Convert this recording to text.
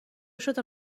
شده